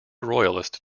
royalist